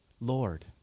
Lord